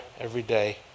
everyday